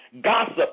Gossip